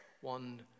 One